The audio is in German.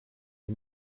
die